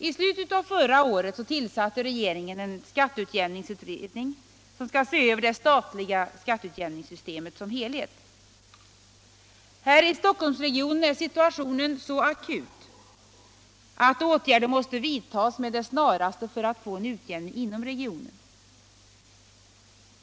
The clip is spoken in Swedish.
I slutet av förra året tillsatte regeringen en skatteutjämningsutredning som skall se över det statliga skatteutjämningssystemet som helhet. Här i Stockholmsregionen är situationen så akut, att åtgärder måste vidtas med det snaraste för att få en utjämning till stånd.